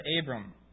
Abram